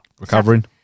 recovering